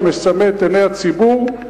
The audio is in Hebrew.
שמסמא את עיני הציבור.